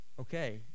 okay